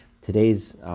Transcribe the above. today's